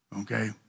okay